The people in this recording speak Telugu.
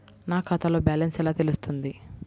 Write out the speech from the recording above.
నా ఖాతాలో బ్యాలెన్స్ ఎలా తెలుస్తుంది?